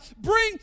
Bring